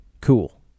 Cool